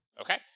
Okay